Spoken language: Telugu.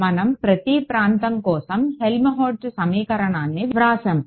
మనం ప్రతి ప్రాంతం కోసం హెల్మ్హోల్ట్జ్ సమీకరణాన్ని వ్రాసాము